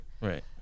Right